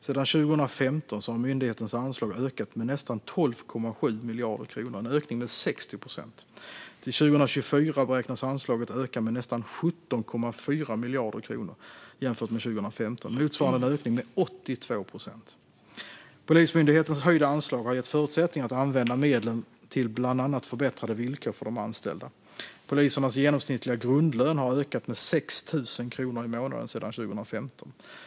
Sedan 2015 har myndighetens anslag ökat med nästan 12,7 miljarder kronor, en ökning med 60 procent. Till 2024 beräknas anslaget öka med nästan 17,4 miljarder kronor jämfört med 2015, motsvarande en ökning med 82 procent. Polismyndighetens höjda anslag har gett förutsättningar att använda medlen till bland annat förbättrade villkor för de anställda. Polisernas genomsnittliga grundlön per månad har ökat med 6 000 kronor sedan 2015.